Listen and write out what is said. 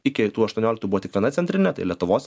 iki tų aštuonioliktų buvo tik viena centrinė lietuvos